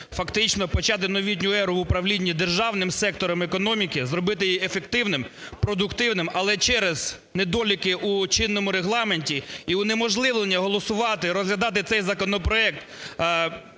фактично почати новітню еру в управлінні державним сектором економіки, зробити його ефективним, продуктивним. Але через недоліки у чинному Регламенті і унеможливлення голосувати, і розглядати цей законопроект